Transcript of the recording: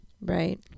Right